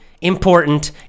important